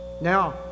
now